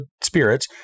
spirits